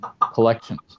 collections